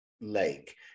lake